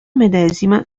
medesima